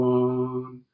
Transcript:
one